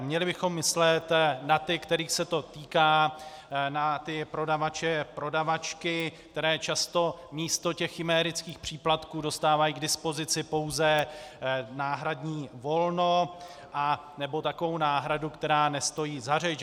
Měli bychom myslet na ty, kterých se to týká, na ty prodavače a prodavačky, které často místo těch chimérických příplatků dostávají k dispozici pouze náhradní volno nebo takovou náhradu, která nestojí za řeč.